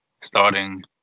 starting